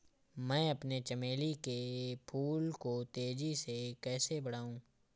मैं अपने चमेली के फूल को तेजी से कैसे बढाऊं?